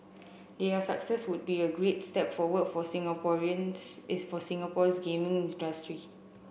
their success would be a great step forward for Singaporean's is for Singapore's gaming industry